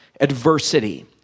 adversity